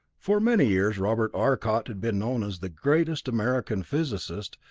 for many years robert arcot had been known as the greatest american physicist,